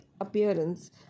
appearance